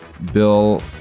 Bill